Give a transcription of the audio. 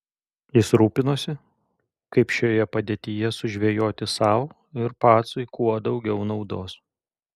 jis rūpinosi kaip šioje padėtyje sužvejoti sau ir pacui kuo daugiau naudos